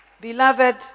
Beloved